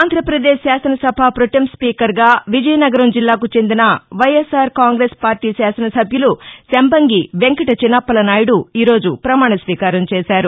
ఆంధ్రప్రదేశ్ శాసనసభ ప్రాటెం స్పీకర్గా విజయనగరం జిల్లాకు చెందిన వైఎస్ఆర్ కాంగ్రెస్ పార్లీ శాసనసభ్యులు శంబంగి వెంకటచిన అప్పలనాయుడు ఈరోజు ప్రమాణ స్వీకారం చేశారు